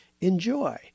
enjoy